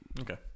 Okay